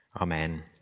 Amen